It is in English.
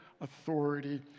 authority